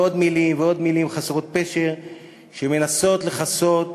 ועוד מילים ועוד מילים חסרות פשר שמנסות לכסות,